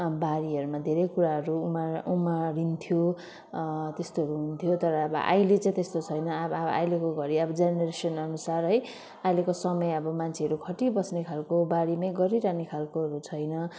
बारीहरूमा धेरै कुराहरू उमार उमारिन्थ्यो त्यस्तोहरू हुन्थ्यो तर अब अहिले चाहिँ त्यस्तो छैन अब अहिलेको घडी अब जेनेरेसन अनुसार है अहिलेको समय अब मान्छेहरू खटिबस्ने खालको बारीमै गरिरहने खालकोहरू छैन